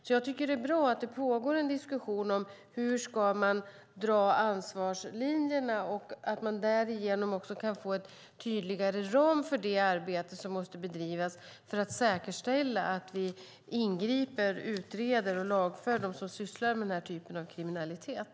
Det är därför bra att det pågår en diskussion om hur man ska dra ansvarslinjerna och att man därigenom kan få en tydligare ram för det arbete som måste bedrivas för att säkerställa att vi ingriper, utreder och lagför dem som sysslar med den här typen av kriminalitet.